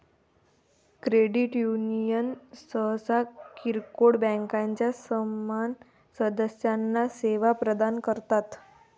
credit union सहसा किरकोळ बँकांच्या समान सदस्यांना सेवा प्रदान करतात